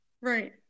right